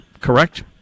Correct